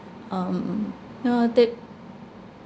um ya they